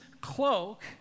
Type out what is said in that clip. cloak